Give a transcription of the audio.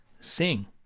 sing